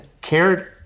cared